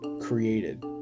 created